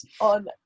on